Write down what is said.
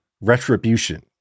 retribution